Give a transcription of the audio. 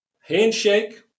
handshake